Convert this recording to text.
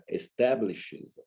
establishes